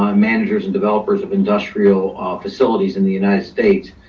um managers and developers of industrial facilities in the united states.